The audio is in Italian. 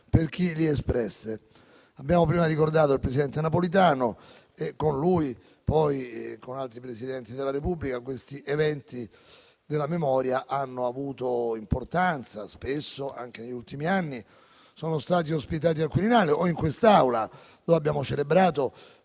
per chi li espresse. Abbiamo prima ricordato il presidente Napolitano; con lui e altri Presidenti della Repubblica gli eventi della memoria hanno avuto importanza: spesso, anche negli ultimi anni, sono stati ospitati al Quirinale o in quest'Aula, dove abbiamo celebrato